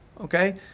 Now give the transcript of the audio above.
Okay